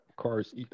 Cars